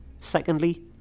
Secondly